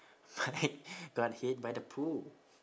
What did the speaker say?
might got hit by the poo